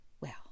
Well